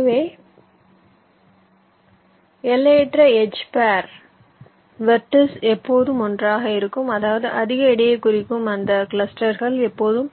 எனவே எல்லையற்ற edge pair vertices எப்போதும் ஒன்றாகவே இருக்கும் அதாவது அதிக எடையைக் குறிக்கும் அந்தக் கிளஸ்ட்டர்ஸ் எப்போதும்